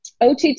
OTT